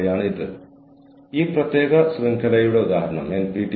കൂടാതെ ഈ മുഴുവൻ പരിപാടിയുടെയും വീക്ഷണം അതാണ്